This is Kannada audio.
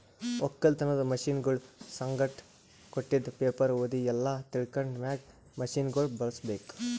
ಒಕ್ಕಲತನದ್ ಮಷೀನಗೊಳ್ ಸಂಗಟ್ ಕೊಟ್ಟಿದ್ ಪೇಪರ್ ಓದಿ ಎಲ್ಲಾ ತಿಳ್ಕೊಂಡ ಮ್ಯಾಗ್ ಮಷೀನಗೊಳ್ ಬಳುಸ್ ಬೇಕು